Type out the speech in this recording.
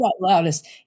loudest